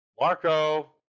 Marco